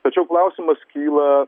tačiau klausimas kyla